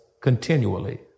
continually